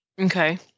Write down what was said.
Okay